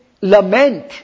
lament